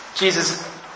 Jesus